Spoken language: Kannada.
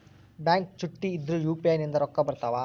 ಬ್ಯಾಂಕ ಚುಟ್ಟಿ ಇದ್ರೂ ಯು.ಪಿ.ಐ ನಿಂದ ರೊಕ್ಕ ಬರ್ತಾವಾ?